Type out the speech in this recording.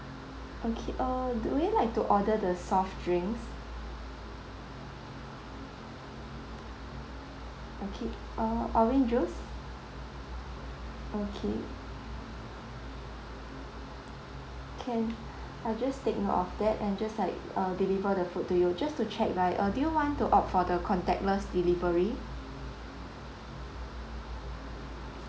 okay err do you like to order the soft drinks okay uh orange juice okay can I'll just take note of that and just like uh deliver the food to you just to check right uh do you want to opt for the contactless delivery